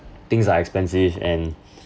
things are expensive and